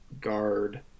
guard